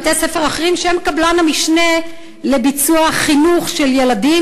בתי-ספר אחרים שהם קבלן המשנה לביצוע החינוך של ילדים,